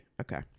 okay